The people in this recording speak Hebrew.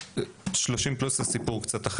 30 פלוס זה סיפור קצת שונה,